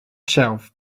shelf